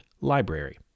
library